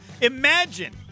imagine